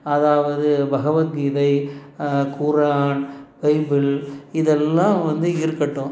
அதாவது Bhagavad Gita Quran Bible இதெல்லாம் வந்து இருக்கட்டும்